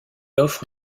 offre